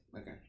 Okay